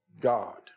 God